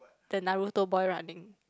the Naruto boy running